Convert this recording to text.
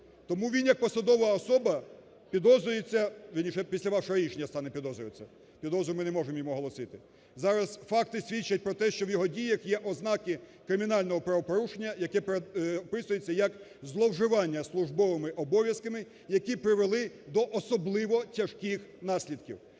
Тому він, як посадова особа, підозрюється, вірніше після вашого рішення стане підозрюватися, підозру ми не можемо йому оголосити. Зараз факти свідчать про те, що в його діях є ознаки кримінального правопорушення, яке прописується як зловживання службовими обов'язками, які привели до особливо тяжких наслідків.